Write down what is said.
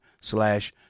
slash